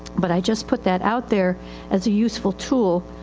but i just put that out there as a useful tool,